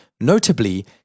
Notably